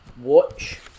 Watch